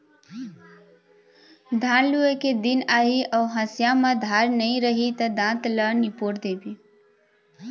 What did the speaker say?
धान लूए के दिन आही अउ हँसिया म धार नइ रही त दाँत ल निपोर देबे